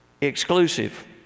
exclusive